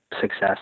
success